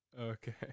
Okay